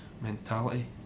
mentality